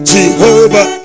Jehovah